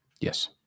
Yes